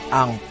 ang